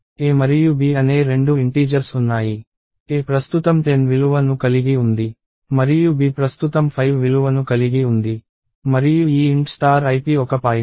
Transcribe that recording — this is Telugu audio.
a మరియు b అనే రెండు ఇంటీజర్స్ ఉన్నాయి a ప్రస్తుతం 10 విలువ ను కలిగి ఉంది మరియు b ప్రస్తుతం 5 విలువను కలిగి ఉంది మరియు ఈ int స్టార్ ip ip ఒక పాయింటర్